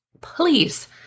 please